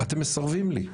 אתם מסרבים לי.